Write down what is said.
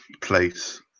place